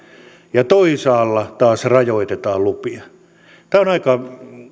ja toisaalla taas rajoitetaan lupia tämä on aika